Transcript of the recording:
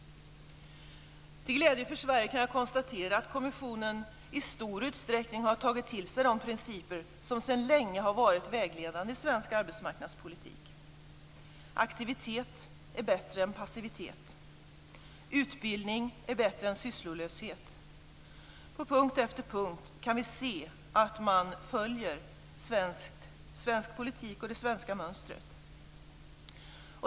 Till glädje för Sverige kan jag konstatera att kommissionen i stor utsträckning har tagit till sig de principer som sedan länge har varit vägledande i svensk arbetsmarknadspolitik. Aktivitet är bättre än passivitet. Utbildning är bättre än sysslolöshet. På punkt efter punkt kan vi se att man följer svensk politik och det svenska mönstret.